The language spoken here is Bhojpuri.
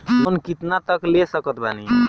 लोन कितना तक ले सकत बानी?